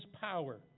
power